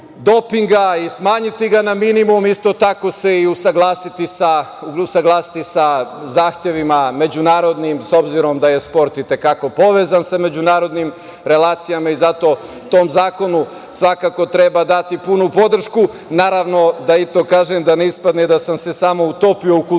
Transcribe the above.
dopinga i smanjiti ga na minimum, a isto tako se i usaglasiti sa zahtevima međunarodnim, s obzirom da je sport i te kako povezan sa međunarodnim relacijama i zato tom zakonu svakako treba dati punu podršku, da i to kažem, da ne ispadne da sam se samo utopio u kulturu